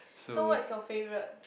so what is your favourite